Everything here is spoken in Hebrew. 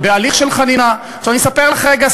חברת הכנסת זהבה גלאון, אנא ממך.